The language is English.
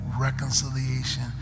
reconciliation